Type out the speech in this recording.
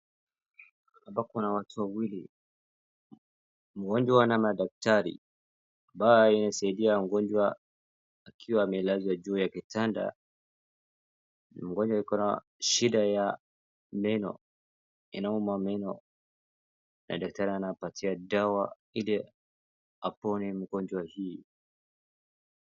Hapa kuna watu wawili, mgonjwa na daktari, ambaye anasaidia mgonjwa akiwa amelazwa juu ya kitanda. Mgonjwa yuko na shida ya meno, inauma meno. Daktari anampatia dawa ili apone mgonjwa hii.